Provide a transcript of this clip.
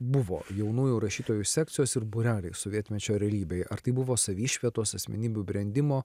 buvo jaunųjų rašytojų sekcijos ir būreliai sovietmečio realybėje ar tai buvo savišvietos asmenybių brendimo